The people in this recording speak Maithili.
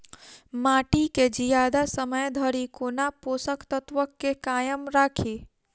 माटि केँ जियादा समय धरि कोना पोसक तत्वक केँ कायम राखि?